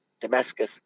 Damascus